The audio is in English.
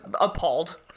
appalled